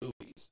movies